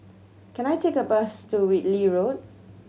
can I take a bus to Whitley Road